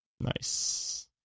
Nice